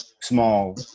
small